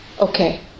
Okay